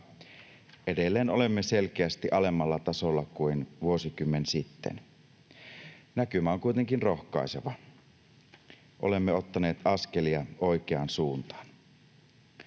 edelleen olemme selkeästi alemmalla tasolla kuin vuosikymmen sitten. Näkymä on kuitenkin rohkaiseva. Olemme ottaneet askelia oikeaan suuntaan.